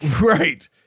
Right